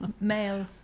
Male